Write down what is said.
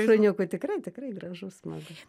šuniukų tikrai tikrai gražu smagu